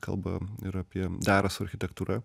kalba ir apie dera su architektūra